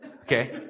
Okay